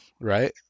right